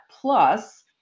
Plus